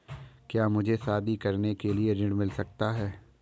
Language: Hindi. क्या मुझे शादी करने के लिए ऋण मिल सकता है?